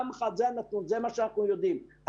זה מה שאנחנו יודעים.